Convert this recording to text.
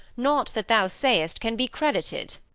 naught that thou sayest can be credited.